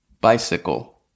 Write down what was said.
Bicycle